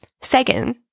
Second